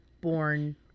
born